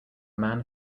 man